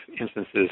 instances